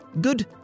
Good